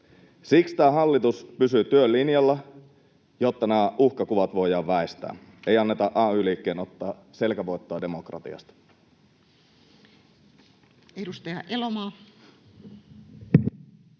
Siksi tämä hallitus pysyy työn linjalla, jotta nämä uhkakuvat voidaan väistää. Ei anneta ay-liikkeen ottaa selkävoittoa demokratiasta.